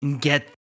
get